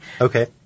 Okay